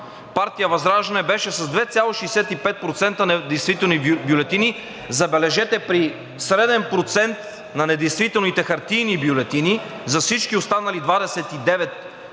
партия ВЪЗРАЖДАНЕ беше с 2,65% недействителни бюлетини, забележете, при среден процент на недействителните хартиени бюлетини за всички останали 29